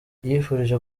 yifurije